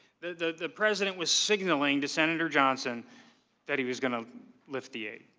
the the president was signaling to senator johnson that he was going to lift the aid.